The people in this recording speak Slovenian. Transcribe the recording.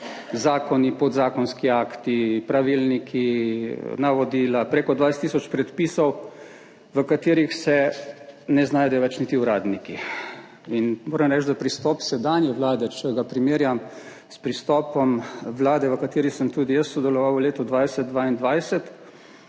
zakoni, podzakonski akti, pravilniki, navodila, preko 20 tisoč predpisov, v katerih se ne znajdejo več niti uradniki. Moram reči, da pristop sedanje vlade, če ga primerjam s pristopom vlade, v kateri sem tudi jaz sodeloval v letu 2020–2022,